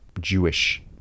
Jewish